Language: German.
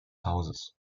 hauses